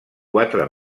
quatre